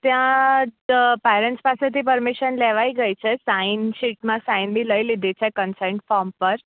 ત્યાં પેરેન્ટ્સ પાસેથી પરમીશન લેવાઈ ગઈ છે સાઇન શીટમાં સાઇન બી લઈ લીધી છે કન્સર્ટ ફોર્મ પર